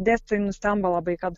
dėstytojai nustemba labai kad